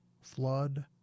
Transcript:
flood